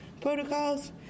protocols